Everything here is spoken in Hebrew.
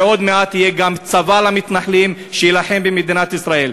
ועוד מעט יהיה גם צבא למתנחלים שיילחם במדינת ישראל.